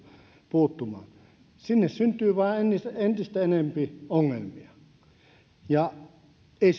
puuttumaan sinne syntyy vain entistä enempi ongelmia ja se ei